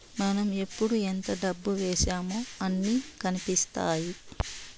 మనం ఎప్పుడు ఎంత డబ్బు వేశామో అన్ని కనిపిత్తాయి